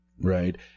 right